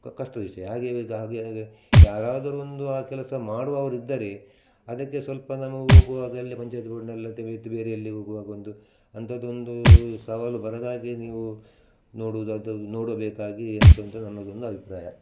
ಕ ಕಷ್ಟದ ವಿಷಯ ಹಾಗೇ ಇದು ಹಾಗೇಗೆ ಯಾರಾದರೂ ಒಂದು ಆ ಕೆಲಸ ಮಾಡುವವರಿದ್ದರೆ ಅದಕ್ಕೆ ಸ್ವಲ್ಪ ನಮಗು ಹೋಗುವಾಗ ಅಲ್ಲಿ ಪಂಚಾಯ್ತಿ ಬೋರ್ಡ್ನಲ್ಲಿ ಬೇರೆಯಲ್ಲಿ ಹೋಗುವಾಗ ಒಂದು ಅಂಥದೊಂದು ಸವಾಲು ಬರದಾಗೆ ನೀವು ನೋಡುವುದಾದ ನೋಡಬೇಕಾಗಿ ಎಂತೊಂದು ನನ್ನದೊಂದು ಅಭಿಪ್ರಾಯ